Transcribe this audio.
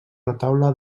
retaule